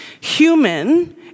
human